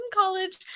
college